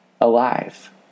alive